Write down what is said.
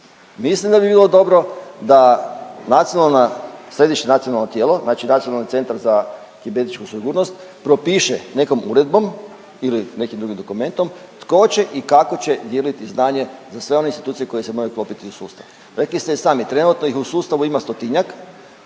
Mislim da bi bilo dobro da nacionalna, središnje Nacionalno tijelo, znači Nacionalni centar za kibernetičku sigurnost propiše nekom uredbom ili nekim drugim dokumentom tko će i kako će dijeliti znanje za sve one institucije koje se moraju uklopiti u sustav. Rekli ste i sami trenutno ih u sustavu ima stotinjak,